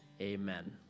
Amen